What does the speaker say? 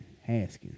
Haskins